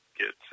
get